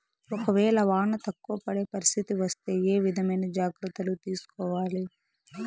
ఒక వేళ వాన తక్కువ పడే పరిస్థితి వస్తే ఏ విధమైన జాగ్రత్తలు తీసుకోవాలి?